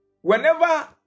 Whenever